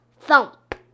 thump